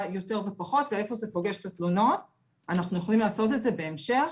יותר טוב ופחות ואיפה זה פוגש את התלונות אנחנו יכולים לעשות את זה בהמשך